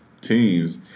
teams